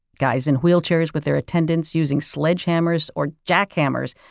guys in wheelchairs, with their attendants, using sledgehammers or jackhammers!